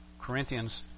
Corinthians